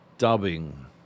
dubbing